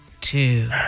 Two